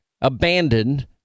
abandoned